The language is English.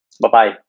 bye-bye